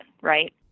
right